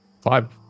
five